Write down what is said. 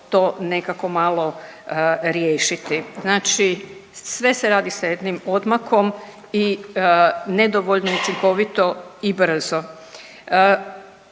to nekako malo riješiti. Znači sve se radi sa jednim odmakom i nedovoljno učinkovito i brzo.